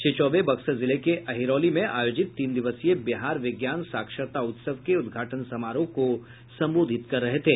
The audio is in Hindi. श्री चौबे बक्सर जिले के अहिरौली में आयोजित तीन दिवसीय बिहार विज्ञान साक्षरता उत्सव के उदघाटन समारोह को संबोधित कर रहे थे